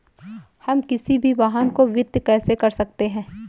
हम किसी भी वाहन को वित्त कैसे कर सकते हैं?